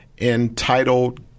entitled